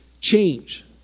change